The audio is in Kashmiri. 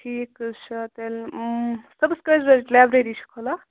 ٹھیٖک حظ چھُ تیٚلہِ صُبَس کٕژِ بَجہِ لایبریری چھِ کھُلان